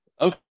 Okay